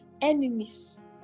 enemies